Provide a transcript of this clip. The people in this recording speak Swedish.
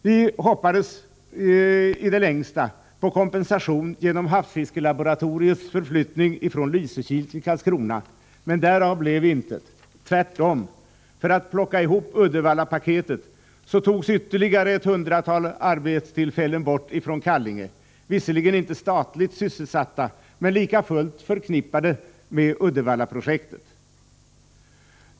Vi hoppades i det längsta på kompensation genom havsfiskelaboratoriets förflyttning från Lysekil till Karlskrona, men därav blev intet — tvärtom! För att plocka ihop Uddevallapaketet togs ytterligare ett hundratal arbetstillfällen bort från Kallinge. Visserligen gällde det inte statliga sysselsättningstillfällen, men lika fullt var de förknippade med Uddevallaprojektet.